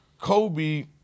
Kobe